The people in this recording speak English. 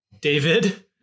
David